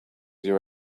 your